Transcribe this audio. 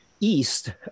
East